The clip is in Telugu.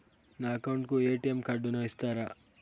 నా అకౌంట్ కు ఎ.టి.ఎం కార్డును ఇస్తారా